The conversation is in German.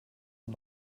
dem